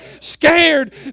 scared